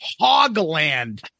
Hogland